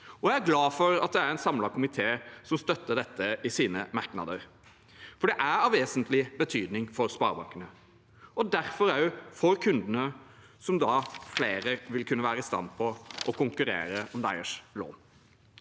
Jeg er glad for at det er en samlet komité som støtter dette i sine merknader, for det er av vesentlig betydning for sparebankene og derfor også for kundene, for flere vil kunne være i stand til å konkurrere om deres lån.